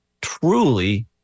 truly